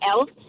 else